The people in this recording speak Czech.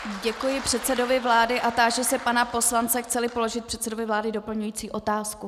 Děkuji předsedovi vlády a táži se pana poslance, chceli položit předsedovi vlády doplňující otázku.